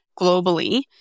globally